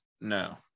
No